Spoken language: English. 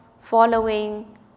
following